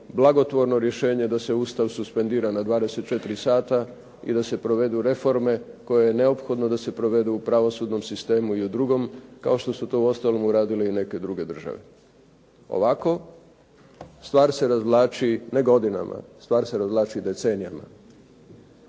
blagotvorno rješenje da se Ustav suspendira na 24 sata i da se provedu reforme koje je neophodno da se provedu u pravosudnom sistemu i u drugom kao što su to uostalom uradile i neke druge države. Ovako, stvar se razvlači ne godinama, stvar se razvlači decenijama.